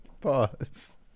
Pause